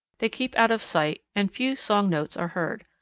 they keep out of sight and few song notes are heard.